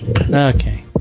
okay